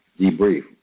debrief